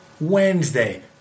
Wednesday